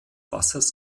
wassers